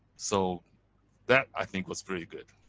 so that i think was pretty good.